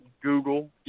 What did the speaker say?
Google